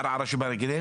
בערערה שבגליל,